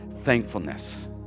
thankfulness